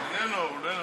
יש הצבעה עכשיו?